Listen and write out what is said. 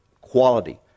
quality